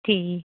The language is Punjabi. ਠੀਕ